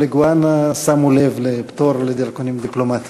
לגויאנה שמו לב לפטור מדרכונים דיפלומטיים.